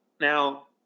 Now